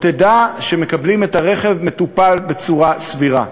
או תדע, שמקבלים את הרכב מטופל בצורה סבירה.